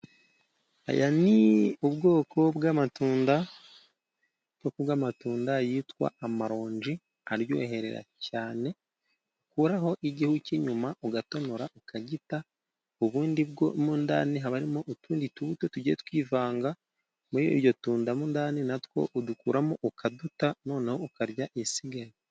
Aya ni ubwoko bw'amatunda ,ubwoko bw'amatunda yitwa amaronji aryoherera cyane . Ukuraho igihu cy'inyuma ugatonora ukagita ,ubundi bwo mo ndani haba harimo utundi tubuto tugiye twivanga muri iryo tunda mo ndani natwo udukuramo ukaduta noneho ukarya isigaye.